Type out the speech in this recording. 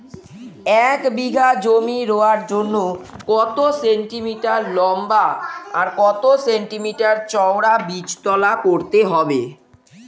এক বিঘা জমি রোয়ার জন্য কত সেন্টিমিটার লম্বা আর কত সেন্টিমিটার চওড়া বীজতলা করতে হবে?